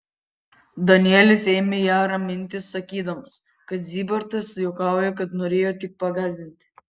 danielis ėmė ją raminti sakydamas kad zybartas juokauja kad norėjo tik pagąsdinti